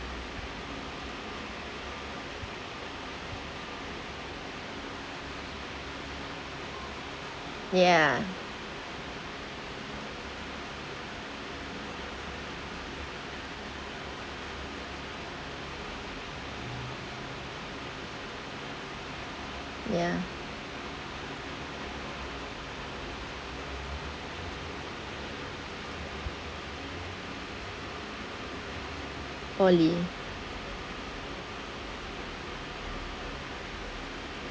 ya ya poly